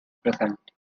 present